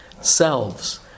selves